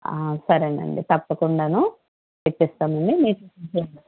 సరే అండి తప్పకుండా తెప్పిస్తానండి మీకు